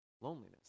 Loneliness